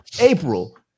April